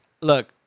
Look